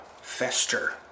Fester